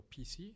PC